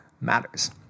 matters